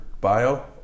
bio